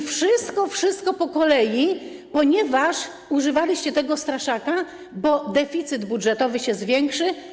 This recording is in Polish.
I wszystko, wszystko po kolei, ponieważ używaliście tego straszaka: bo deficyt budżetowy się zwiększy.